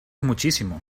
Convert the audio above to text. muchísimo